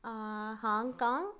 Hong Kong